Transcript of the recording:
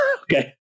Okay